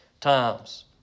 times